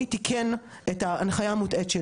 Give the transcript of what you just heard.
מה זה אומר תיקן?